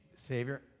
Savior